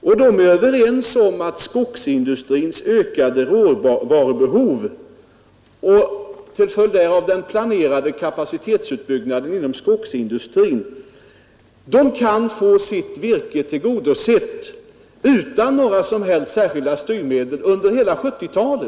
Man är överens om att skogsindustrin även med den planerade kapacitetsutbyggnaden kan få sitt behov av virke tillgodosett utan några styrmedel under hela 1970-talet.